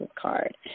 card